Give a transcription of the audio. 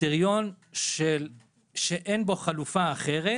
הקריטריון של "אין בו חלופה אחרת"